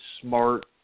smart